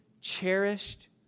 cherished